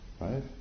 right